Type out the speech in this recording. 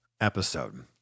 episode